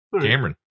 Cameron